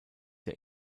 der